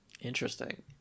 Interesting